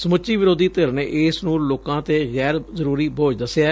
ਸਮੁੱਚੀ ਵਿਰੋਧੀ ਧਿਰ ਨੇੇ ਇਸ ਨੂੰ ਲੋਕਾਂ ਤੇ ਗੈਰ ਜ਼ਰੂਰੀ ਬੋਝ ਦਸਿਐ